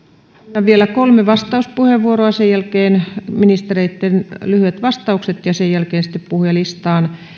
otan vielä kolme vastauspuheenvuoroa sen jälkeen ministereitten lyhyet vastaukset ja sen jälkeen sitten puhujalistaan